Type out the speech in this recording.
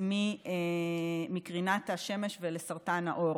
מקרינת השמש לסרטן העור.